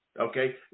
okay